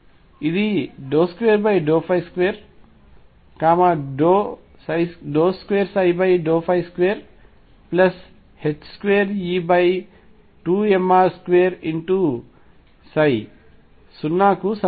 ఇది 22222E2mr2 సున్నా కు సమానం